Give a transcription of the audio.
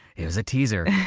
it was a teaser.